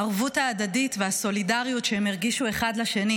הערבות ההדדית והסולידריות שהם הרגישו אחד לשני